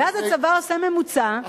ואז הצבא עושה ממוצע,